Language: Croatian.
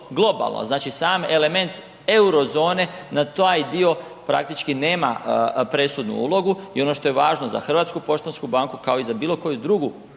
globalno. Znači sam element eurozone na taj dio praktički nema presudnu ulogu. I ono što je važno da HPB kao i za bilo koju drugu